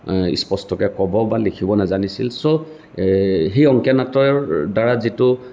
স্পষ্টকৈ ক'বলৈ বা লিখিবলৈ নাজানিছিল চ' সেই অংকীয়া নাটৰ দ্বাৰা যিটো